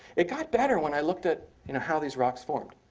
it got better when i looked at you know how these rocks formed.